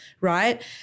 right